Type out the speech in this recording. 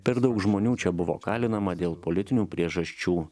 per daug žmonių čia buvo kalinama dėl politinių priežasčių